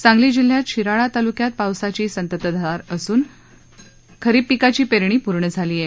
सांगली जिल्ह्यात शिराळा तालुक्यात पावसाची संततधार सुरु असून खरीप पीकाची पेरणी पूर्ण झाली आहे